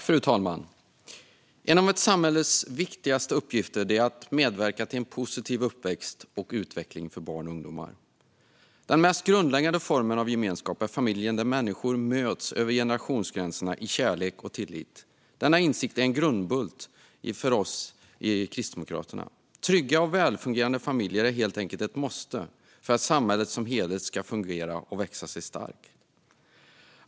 Fru talman! En av samhällets viktigaste uppgifter är att medverka till att barn och ungdomar får en positiv uppväxt och utveckling. Den mest grundläggande formen av gemenskap är familjen, där människor möts över generationsgränserna i kärlek och tillit. Denna insikt är en grundbult för oss i Kristdemokraterna. Trygga och välfungerande familjer är helt enkelt ett måste för att samhället som helhet ska fungera och växa sig starkt.